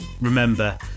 Remember